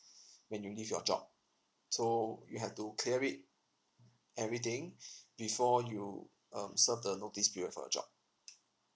when you leave your job so you have to clear it everything before you um serve the notice period for your job